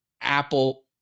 Apple